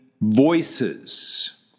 voices